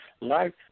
Life